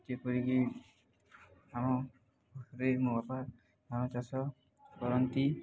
ଯେପରିକି ଆମରେ ମୋ ବାପା ଧାନ ଚାଷ କରନ୍ତି